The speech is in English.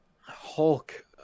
Hulk